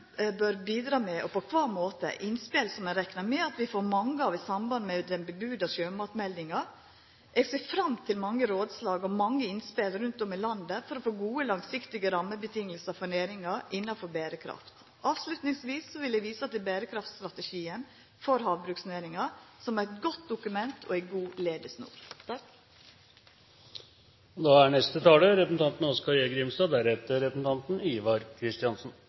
bør bidra med, og på kva måte, er innspel som eg reknar med at vi får mange av i samband med den varsla sjømatmeldinga. Eg ser fram til mange rådslag og mange innspel rundt om i landet for å få gode, langsiktige rammevilkår for næringa innafor berekraft. Avslutningsvis vil eg visa til bærekraftstrategien for havbruksnæringa som eit godt dokument og ei god